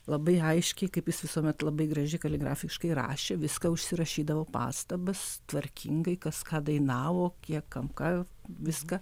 labai aiškiai kaip jis visuomet labai gražiai kaligrafiškai rašė viską užsirašydavo pastabas tvarkingai kas ką dainavo kiek kam ką viską